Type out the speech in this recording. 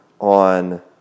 on